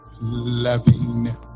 Loving